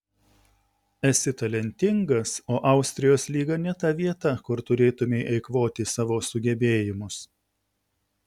esi talentingas o austrijos lyga ne ta vieta kur turėtumei eikvoti savo sugebėjimus